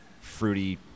fruity